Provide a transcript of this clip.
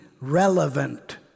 relevant